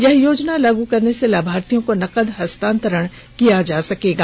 यह योजना लागू करने से लाभार्थियों को नकद हस्तांतरण किया जा सकेगा